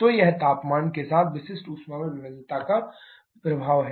तो यह तापमान के साथ विशिष्ट ऊष्मा में भिन्नता का प्रभाव है